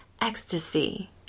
ecstasy